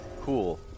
Cool